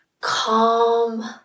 calm